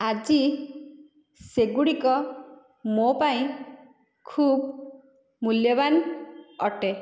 ଆଜି ସେଗୁଡ଼ିକ ମୋ ପାଇଁ ଖୁବ୍ ମୁଲ୍ୟବାନ ଅଟେ